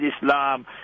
Islam